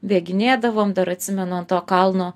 bėginėdavom dar atsimenu ant to kalno